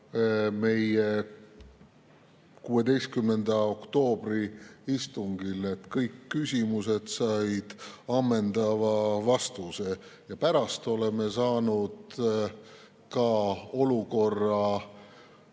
meie 16. oktoobri istungil. Kõik küsimused said ammendava vastuse ja pärast oleme saanud ka